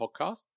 Podcast